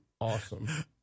awesome